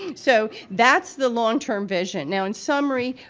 so that's the long-term vision now, in summary,